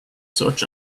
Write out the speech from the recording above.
search